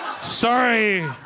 Sorry